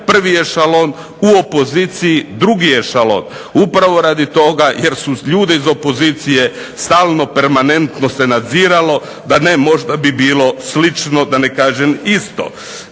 prvi ešalon, u opoziciji drugi ešalon upravo radi toga jer se ljude iz opozicije stalno, permanentno se nadziralo, da ne možda bi bilo slično, da ne kažem isto.